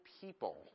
people